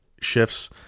shifts